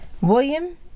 William